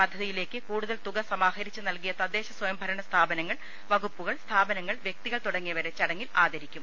പദ്ധതിയിലേക്ക് കൂടുതൽ തുക സമാഹരിച്ച് നൽകിയ തദ്ദേശ സ്വയംഭരണ സ്ഥാപനങ്ങൾ വകുപ്പുകൾ സ്ഥാപനങ്ങൾ വ്യക്തികൾ തുടങ്ങിയവരെ ചടങ്ങിൽ ആദരിക്കും